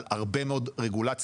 היא על הרבה מאוד רגולציה.